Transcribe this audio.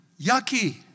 yucky